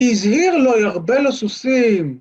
‫הזהיר לו, ירבה לו סוסים!